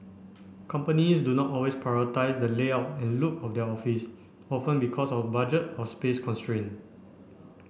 companies do not always prioritise the layout and look of their office often because of budget or space constraint